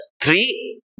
three